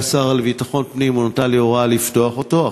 השר לביטחון פנים הוא נתן לי הוראה לפתוח אותו.